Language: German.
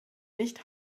nicht